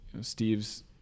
Steve's